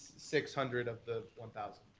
six hundred of the one thousand.